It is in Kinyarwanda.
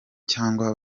cyangwa